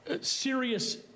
serious